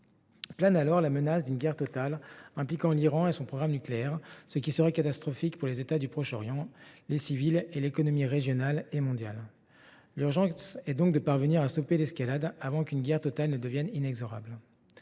planer la menace d’une guerre totale, impliquant l’Iran et son programme nucléaire, ce qui serait catastrophique pour les États du Proche Orient, les civils, et l’économie régionale et mondiale. L’urgence est donc de parvenir à stopper l’escalade avant qu’une guerre totale ne devienne inexorable.